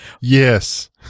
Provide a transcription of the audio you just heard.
Yes